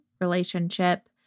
relationship